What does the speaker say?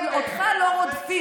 אותך לא רודפים,